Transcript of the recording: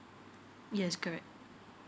yes correct